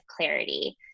clarity